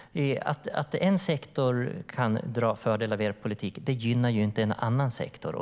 Att en sektor kan dra fördel av er politik gynnar inte en annan sektor.